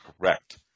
Correct